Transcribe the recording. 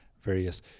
various